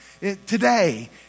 today